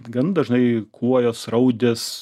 gan dažnai kuojos raudės